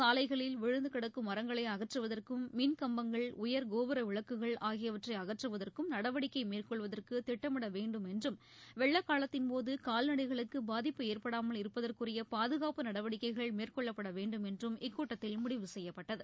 சாலைகளில் விழுந்துகிடக்கும் மரங்களை அகற்றுவதற்கும் மின் கம்பங்கள் உயர்கோபுர விளக்குகள் ஆகியவற்றை அகற்றுவதற்கும் நடவடிக்கை மேற்கொள்வதற்கு திட்டமிட வேண்டும் என்றும் வெள்ள காலத்தின்போது கால்நடைகளுக்கு பாதிப்பு ஏற்படாமல் இருப்பதற்குரிய பாதுகாப்பு நடவடிக்கைகள் மேற்கொள்ளப்பட வேண்டும் என்றும் இக்கூட்டத்தில் முடிவு செய்யப்பட்டது